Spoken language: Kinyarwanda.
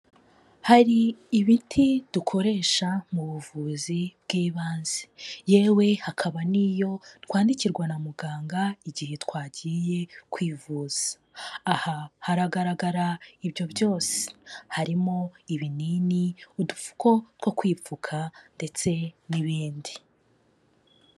Hari ibiti dukoresha mu buvuzi bw'ibanze, yewe hakaba n'iyo twandikirwa na muganga igihe twagiye kwivuza, aha haragaragara ibyo byose, harimo ibinini, udufuko two kwipfuka ndetse n'ibindi.